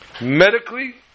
Medically